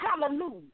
Hallelujah